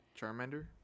Charmander